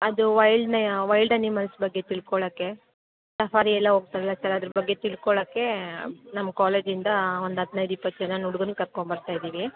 ಅದು ವೈಲ್ಡ್ ನೆಯಾ wild animals ಬಗ್ಗೆ ತಿಳ್ಕೊಳಕ್ಕೆ ಸಫಾರಿ ಎಲ್ಲ ಹೋಗ್ತಾರಲ್ಲ ಸರ್ ಅದ್ರ ಬಗ್ಗೆ ತಿಳ್ಕೊಳೊಕ್ಕೆ ನಮ್ಮ ಕಾಲೇಜಿಂದ ಒಂದು ಹದಿನೈದು ಇಪ್ಪತ್ತು ಜನಾನ ಹುಡ್ಗನ್ನ ಕರ್ಕೊಂಬರ್ತಾಯಿದ್ದೀವಿ